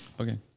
Okay